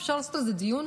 אפשר לעשות על זה דיון,